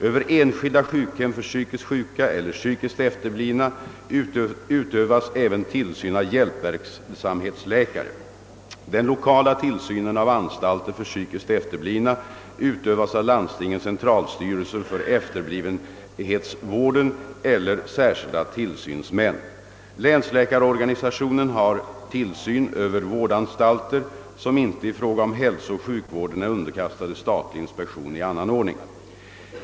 Över enskilda sjukhem för psykiskt sjuka eller psykiskt efterblivna utövas även tillsyn av hjälpverksamhetsläkare. Den 1okala tillsynen av anstalter för psykiskt efterblivna utövas av landstingens centralstyrelser för efterblivenhetsvården eller särskilda tillsynsmän. Länsläkarorganisationen har tillsyn över vårdanstalter som inte i fråga om hälsooch sjukvården är underkastade statlig inspektion i annan ordning.